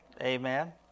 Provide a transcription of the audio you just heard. Amen